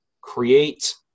create